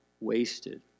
wasted